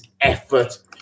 effort